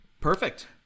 Perfect